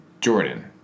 Jordan